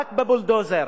רק בבולדוזר.